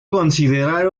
considerar